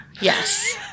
Yes